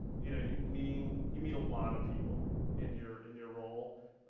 you know you i mean you meet a lot of people in your in your role.